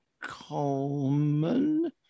Coleman